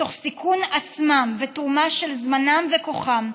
תוך סיכון עצמם ותרומה של זמנם וכוחם.